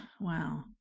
Wow